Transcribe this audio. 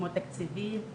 כמו תקציבים,